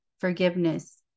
forgiveness